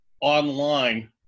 online